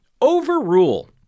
overrule